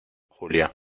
julia